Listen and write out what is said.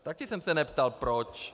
Taky jsem se neptal proč.